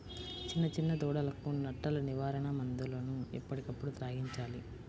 చిన్న చిన్న దూడలకు నట్టల నివారణ మందులను ఎప్పటికప్పుడు త్రాగించాలి